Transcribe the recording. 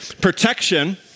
Protection